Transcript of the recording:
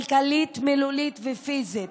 כלכלית, מילולית ופיזית.